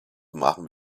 machen